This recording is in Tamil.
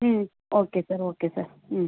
ம் ஓகே சார் ஓகே சார் ம்